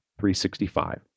365